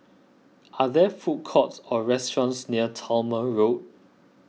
are there food courts or restaurants near Talma Road